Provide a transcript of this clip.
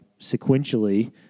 sequentially